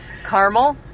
Caramel